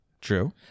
True